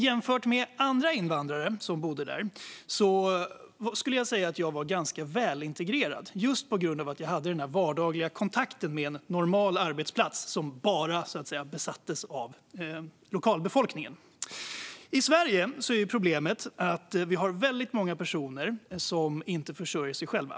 Jämfört med andra invandrare som bodde där var jag ganska välintegrerad, just på grund av att jag hade den vardagliga kontakten med en normal arbetsplats som bara besattes av lokalbefolkningen. I Sverige är problemet att väldigt många personer inte försörjer sig själva.